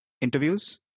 interviews